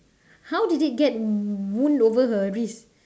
how did it get wound over her wrist